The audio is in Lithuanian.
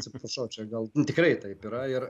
atsiprašau čia gal tikrai taip yra ir